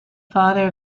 father